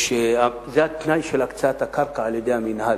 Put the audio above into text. זה התנאי של הקצאת הקרקע על-ידי המינהל.